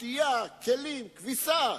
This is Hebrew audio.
כל מיני פעולות